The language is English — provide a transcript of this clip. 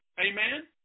Amen